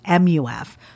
MUF